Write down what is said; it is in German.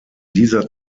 dieser